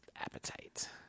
appetite